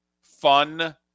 fun